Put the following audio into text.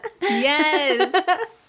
Yes